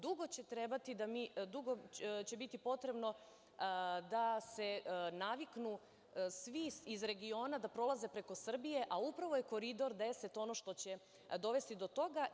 Dugo će biti potrebno da se naviknu svi iz regiona da prolaze preko Srbije, a upravo je Koridor 10 ono što će dovesti do toga.